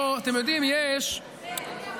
אתם יודעים, יש בשעון,